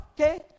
okay